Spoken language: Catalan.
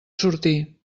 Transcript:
sortir